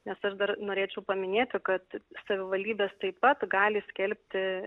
nes aš dar norėčiau paminėti kad savivaldybės taip pat gali skelbti